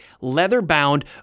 leather-bound